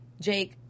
Jake